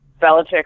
Belichick